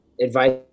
advice